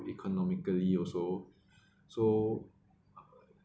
economically also so uh